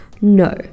No